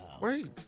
Wait